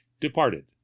departed